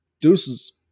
deuces